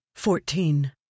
Fourteen